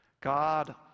God